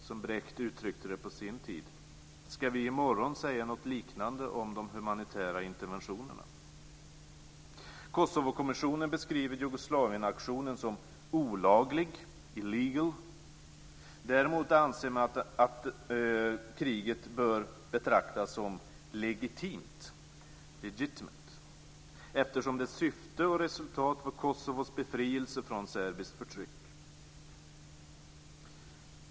uttryckte Brecht det på sin tid. Ska vi i morgon säga något liknande om de humanitära interventionerna? Kosovokommissionen beskriver Jugoslavienaktionen som olaglig, illegal. Däremot anser man att kriget bör betraktas som legitimt, legitimate, eftersom dess syfte och resultat var Kosovos befrielse från serbiskt förtryck.